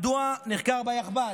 מדוע נחקר ביאחב"ל,